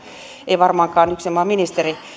ei varmaankaan yksinomaan ministeri